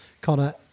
Connor